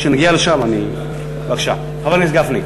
כשנגיע לשם אני, בבקשה, חבר הכנסת גפני.